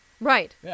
Right